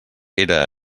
era